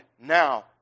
now